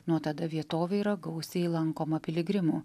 nuo tada vietovė yra gausiai lankoma piligrimų